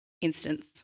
instance